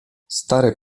stary